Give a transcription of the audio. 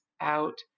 out